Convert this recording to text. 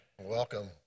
Welcome